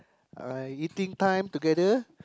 uh eating time together